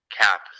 Cap